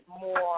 more